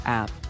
app